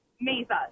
Mesa